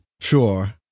sure